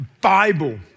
Bible